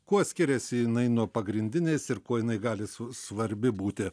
kuo skiriasi jinai nuo pagrindinės ir kuo jinai gali su svarbi būti